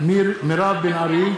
מירב בן ארי,